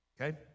okay